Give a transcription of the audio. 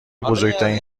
بزرگترین